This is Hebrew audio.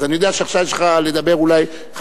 אז אני יודע שעכשיו יש לך לדבר אולי חמש,